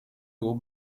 haut